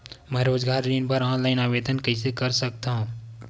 मैं रोजगार ऋण बर ऑनलाइन आवेदन कइसे कर सकथव?